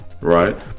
right